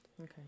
Okay